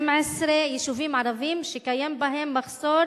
12 יישובים ערביים שקיים בהם מחסור